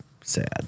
sad